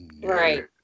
Right